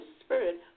Spirit